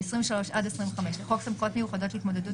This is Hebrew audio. ו-23 עד 25 לחוק סמכויות מיוחדות להתמודדות